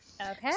Okay